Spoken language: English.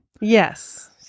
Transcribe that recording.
Yes